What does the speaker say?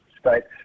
States